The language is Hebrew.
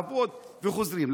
וחוזרים.